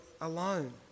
alone